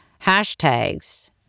hashtags